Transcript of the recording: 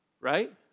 Right